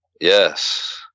Yes